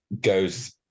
goes